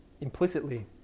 implicitly